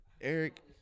Eric